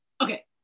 okay